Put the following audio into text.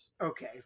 Okay